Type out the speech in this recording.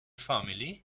family